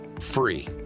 free